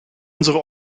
unsere